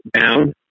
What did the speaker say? down